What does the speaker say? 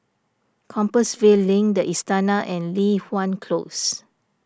Compassvale Link the Istana and Li Hwan Close